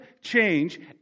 change